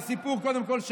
קודם כול,